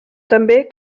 també